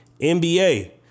NBA